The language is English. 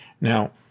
Now